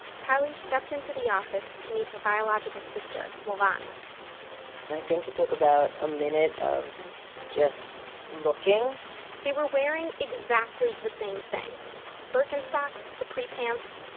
tali stepped into the office to meet her biological sister, moran i think it took about a minute of just looking they were wearing exactly the same thing birkenstocks, capri pants,